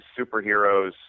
superheroes